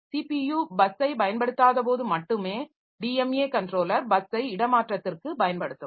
CPU பஸ்ஸைப் பயன்படுத்தாத போது மட்டுமே டிஎம்ஏ கன்ட்ரோலர் பஸ்ஸை இடமாற்றத்திற்குப் பயன்படுத்தும்